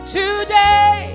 today